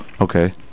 Okay